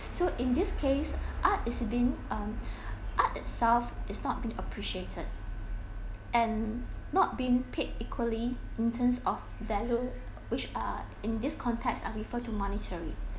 so in this case art is been um art itself is not being appreciated and not being paid equally in terms of value which are in this context are refer to monetary